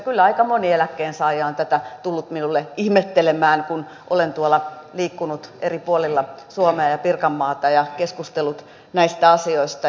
kyllä aika moni eläkkeensaaja on tätä tullut minulle ihmettelemään kun olen liikkunut tuolla eri puolilla suomea ja pirkanmaata ja keskustellut näistä asioista